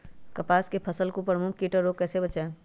कपास की फसल को प्रमुख कीट और रोग से कैसे बचाएं?